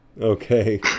okay